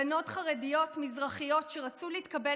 בנות חרדיות מזרחיות שרצו להתקבל